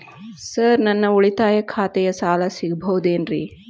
Sir ನನ್ನ ಉಳಿತಾಯ ಖಾತೆಯ ಸಾಲ ಸಿಗಬಹುದೇನ್ರಿ?